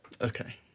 okay